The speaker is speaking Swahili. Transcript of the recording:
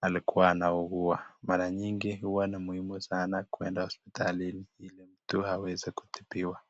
amekuwa anaugua mara nyingi ni muhimu kuenda hospitalini ili mtu aweze kutibiwa.